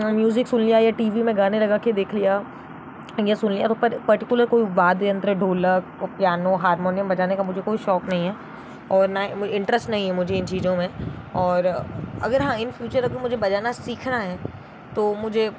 music सुन लिया या टी वी में गाने लगा कर देख लिया या सुन लिया तो पर पर्टिकुलर कोई वाद्ययंत्र ढोलक पियानो हारमोनियम बजाने का मुझे कोई शौक़ नहीं है और ना ही इंटरेस्ट नहीं है मुझे इन चीज़ों में और अगर हाँ इन फ्यूचर अगर मुझे बजाना सीखना है तो मुझे